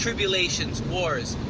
tribulations, wars?